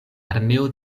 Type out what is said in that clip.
armeo